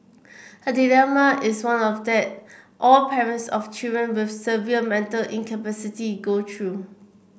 her dilemma is one of that all parents of children with severe mental incapacity go through